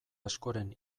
askoren